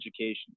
education